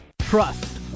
Trust